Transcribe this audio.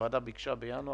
שהוועדה ביקשה בינואר.